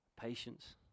Patience